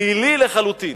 שלילי לחלוטין,